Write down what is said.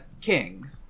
King